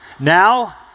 Now